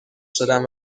شدم